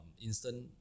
instant